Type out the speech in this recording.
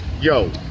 yo